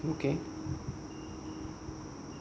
okay